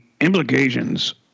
implications